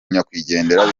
nyakwigendera